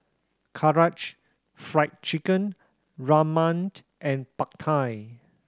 Karaage Fried Chicken and Pad Thai